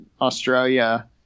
Australia